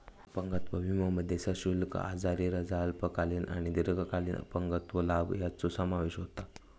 अपंगत्व विमोमध्ये सशुल्क आजारी रजा, अल्पकालीन आणि दीर्घकालीन अपंगत्व लाभ यांचो समावेश होता